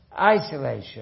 isolation